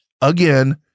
again